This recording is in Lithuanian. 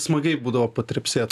smagiai būdavo patrepsėt